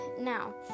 Now